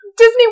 disney